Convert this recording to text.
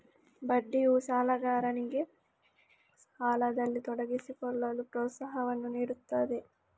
ಬಡ್ಡಿಯು ಸಾಲಗಾರನಿಗೆ ಸಾಲದಲ್ಲಿ ತೊಡಗಿಸಿಕೊಳ್ಳಲು ಪ್ರೋತ್ಸಾಹವನ್ನು ನೀಡುತ್ತದೆ